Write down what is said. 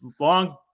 long